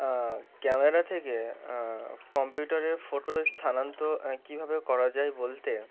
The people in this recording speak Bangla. ক্যামেরা থেকে কম্পিউটারের ফটো স্থানান্তর কীভাবে করা যায় বলতে